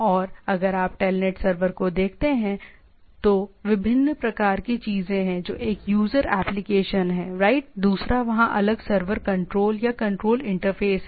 और अगर आप TELNET सर्वर को देखते हैं तो विभिन्न प्रकार की चीजें हैं जो एक यूज़र एप्लीकेशन है राइट दूसरा वहाँ अलग सर्वर कंट्रोल या कंट्रोल इंटरफ़ेस है